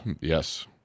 Yes